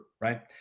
Right